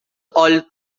all